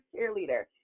cheerleader